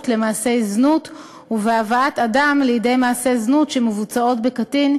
למעשי זנות ובהבאת אדם לידי מעשה זנות שמבוצעות בקטין,